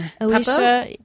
Alicia